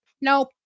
nope